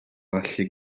allu